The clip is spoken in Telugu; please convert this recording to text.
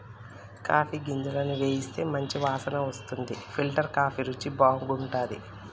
కాఫీ గింజలను వేయిస్తే మంచి వాసన వస్తుంది ఫిల్టర్ కాఫీ రుచి బాగుంటది